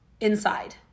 inside